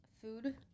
food